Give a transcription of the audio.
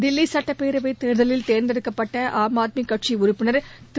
தில்லி சட்டப்பேரவை தேர்தலில் தேர்ந்தெடுக்கப்பட்ட ஆம் ஆத்மி கட்சி உறுப்பினர் திரு